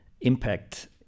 impact